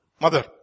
mother